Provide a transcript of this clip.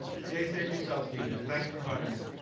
stay safe yourself, stephen. thanks for inviting me.